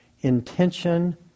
intention